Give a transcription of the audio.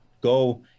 go